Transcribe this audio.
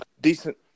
Decent